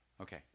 Okay